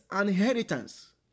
inheritance